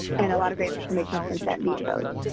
and a lot of great information has been sent via those.